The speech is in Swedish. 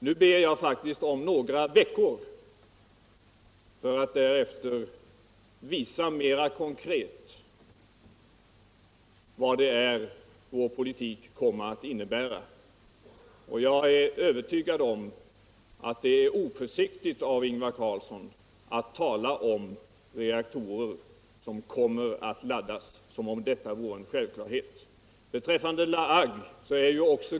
Nu ber jag faktiskt om nägra veckor för att därefter visa mera konkret vad det är vår politik kommer att innebära, och jag är övertygad om att det är oförsiktigt av Ingvar Carlsson att uuda om reaktorer som kommer att laddas, som om - detta voöre en självklarhet.